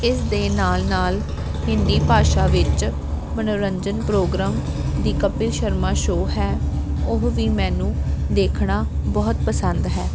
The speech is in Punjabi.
ਇਸ ਦੇ ਨਾਲ ਨਾਲ ਹਿੰਦੀ ਭਾਸ਼ਾ ਵਿੱਚ ਮਨੋਰੰਜਨ ਪ੍ਰੋਗਰਾਮ ਦੀ ਕਪਿਲ ਸ਼ਰਮਾ ਸ਼ੋ ਹੈ ਉਹ ਵੀ ਮੈਨੂੰ ਦੇਖਣਾ ਬਹੁਤ ਪਸੰਦ ਹੈ